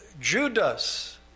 Judas